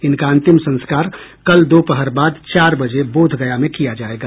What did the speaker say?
इनका अंतिम संस्कार कल दोपहर बाद चार बजे बोधगया में किया जायेगा